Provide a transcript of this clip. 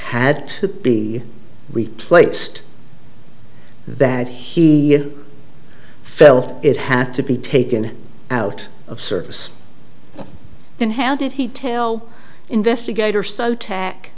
had to be replaced that he i felt it had to be taken out of service and how did he tell investigator